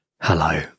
hello